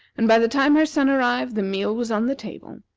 and by the time her son arrived the meal was on the table.